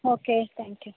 okay thank you